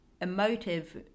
emotive